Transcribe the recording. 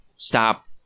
Stop